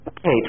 Hey